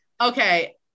Okay